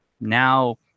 now